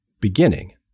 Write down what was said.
beginning